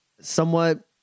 somewhat